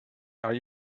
are